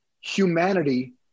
humanity